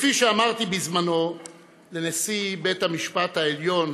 כפי שאמרתי בזמנו לנשיא בית המשפט העליון